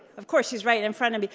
of course, she's right in front of me.